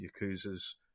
Yakuza's